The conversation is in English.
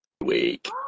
week